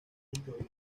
historia